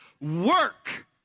Work